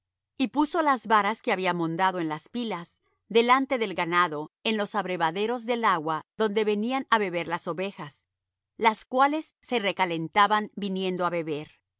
y puso las varas que había mondado en las pilas delante del ganado en los abrevaderos del agua donde venían á beber las ovejas las cuales se recalentaban viniendo á beber